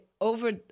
over